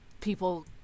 people